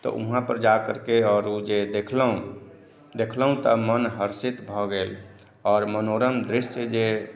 तऽ वहाँ पर जाकर के आओर ओ जे देखलहुॅं तऽ मन हर्षित भऽ गेल आओर मनोरम दृश्य जे